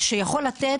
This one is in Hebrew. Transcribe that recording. שיכול לתת